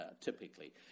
Typically